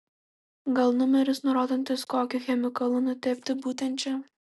gal numeris nurodantis kokiu chemikalu nutepti būtent čia